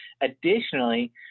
Additionally